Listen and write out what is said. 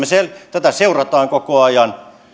tätä seurataan koko ajan